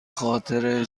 خاطر